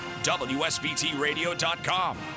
WSBTradio.com